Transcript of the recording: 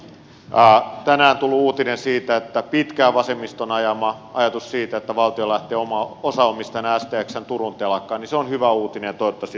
tänään tullut uutinen siitä että pitkään vasemmiston ajama ajatus siitä että valtio lähtee osaomistajana stxn turun telakkaan on hyvä uutinen ja toivottavasti toteutuu